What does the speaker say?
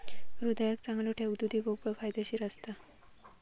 हृदयाक चांगलो ठेऊक दुधी भोपळो फायदेशीर असता